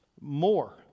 more